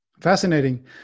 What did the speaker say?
Fascinating